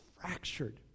fractured